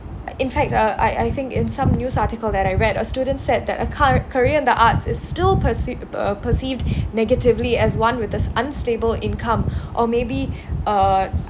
in fact uh I I think in some news article that I read a student said that a car~ a career in the arts is still percei~ uh perceived negatively as one with a an unstable income or maybe uh